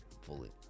fully